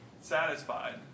satisfied